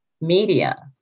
media